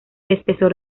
espesor